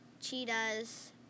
cheetahs